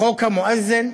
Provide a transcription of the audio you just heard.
חוק המואזין,